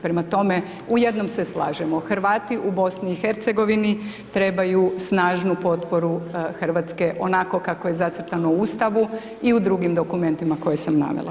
Prema tome, u jednom se slažemo, Hrvati u BIH trebaju snažnu potporu Hrvatske, onako kako je zacrtano u Ustavu i u drugim dokumentima koje sam navela.